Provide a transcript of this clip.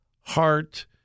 heart